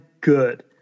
Good